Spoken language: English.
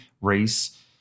race